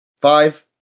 five